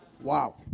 Wow